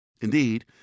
Indeed